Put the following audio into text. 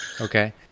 Okay